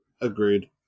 Agreed